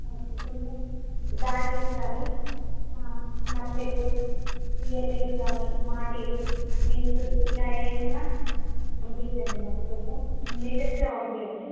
okay కొంచెం bangles కానీ ఆ నక్లెసు ఇయర్ రింగ్స్ కానీ మాటీలు రింగ్స్ ఇలా ఏమున్న పంపించండి మాకు కొంచెం లేటెస్ట్వి పంపించండి